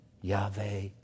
Yahweh